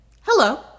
hello